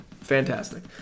fantastic